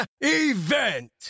event